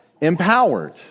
empowered